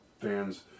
fans